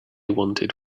wanted